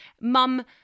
Mum